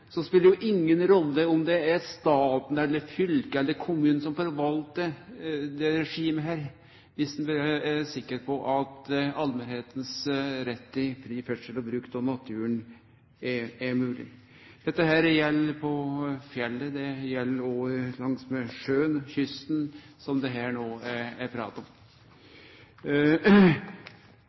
det jo inga rolle om det er staten eller fylket eller kommunen som forvaltar dette regimet, dersom ein er sikker på at allmentas rett til fri ferdsel og bruk av naturen er mogleg. Dette gjeld på fjellet, og det gjeld langsmed sjøen, som det her no er snakk om. I utgangspunktet meiner eg at det er